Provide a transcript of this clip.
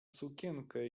sukienkę